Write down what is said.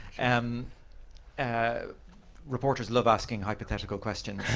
and and reporters love asking hypothetical questions,